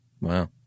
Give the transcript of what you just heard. Wow